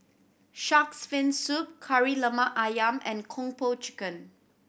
Shark's Fin Soup Kari Lemak Ayam and Kung Po Chicken